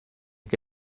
che